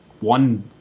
one